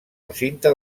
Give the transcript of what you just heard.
recinte